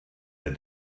that